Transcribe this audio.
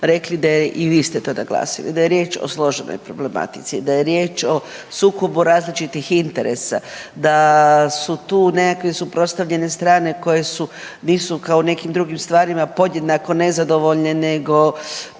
da je, i vi ste to naglasili, da je riječ o složenoj problematici, da je riječ o sukobu različitih interesa, da su tu nekakve suprotstavljene strane koje su, nisu kao u nekim drugim stvarima podjednako nezadovoljne nego,